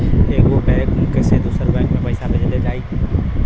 एगो बैक से दूसरा बैक मे पैसा कइसे भेजल जाई?